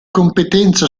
competenza